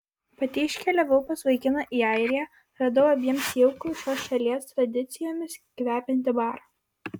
pati iškeliavau pas vaikiną į airiją radau abiems jaukų šios šalies tradicijomis kvepiantį barą